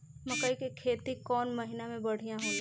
मकई के खेती कौन महीना में बढ़िया होला?